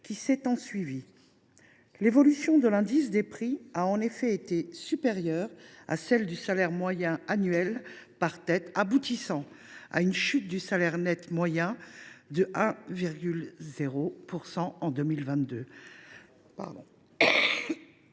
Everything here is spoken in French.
qui s’est ensuivie. L’évolution de l’indice des prix a en effet été supérieure à celle du salaire moyen annuel par tête, aboutissant à une chute du salaire net moyen de 1 % en 2022.